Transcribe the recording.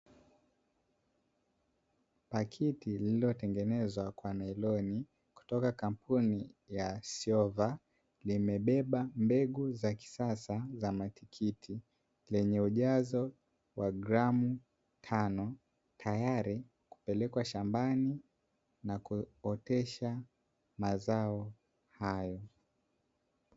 Pakiti zilizotengenezwa kwa nailoni kutoka kampuni ya "Showa" zimebeba mbegu za kisasa za matikiti zenye ujazo wa gramu tano, tayari kupelekwa shambani na kuotesha mazao hayo.